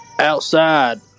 Outside